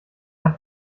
hat